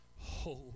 holy